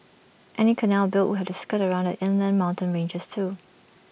any canal built would have to skirt around the inland mountain ranges too